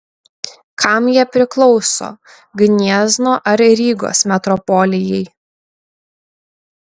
kam jie priklauso gniezno ar rygos metropolijai